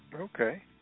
okay